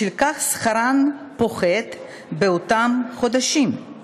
בשל כך באותם חודשים שכרן פוחת.